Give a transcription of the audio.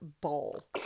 ball